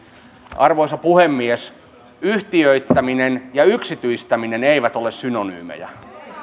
arvoisa puhemies yhtiöittäminen ja yksityistäminen eivät ole synonyymeja